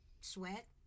sweat